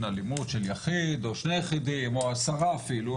אלימות של יחיד או שני יחידים או עשרה אפילו,